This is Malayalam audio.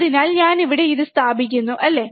അതിനാൽ ഞാനിത് ഇവിടെ സ്ഥാപിക്കുന്നു അല്ലേ